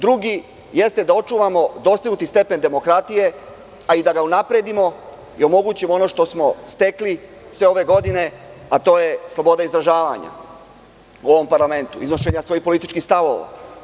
Drugi, jeste da očuvamo dostignuti stepen demokratije, a i da ga unapredimo i omogućimo ono što smo stekli sve ove godine, a to je sloboda izražavanja u ovom parlamentu, iznošenja svojih političkih stavova.